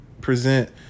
present